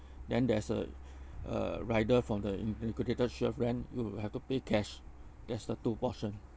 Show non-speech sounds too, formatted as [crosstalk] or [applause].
then there's a [breath] uh rider from the integrated shield plan you have to pay cash that's the two portion